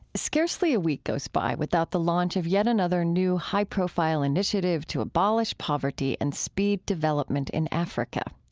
scarcely a week goes by without the launch of yet another new high-profile initiative to abolish poverty and speed development in africa.